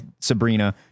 Sabrina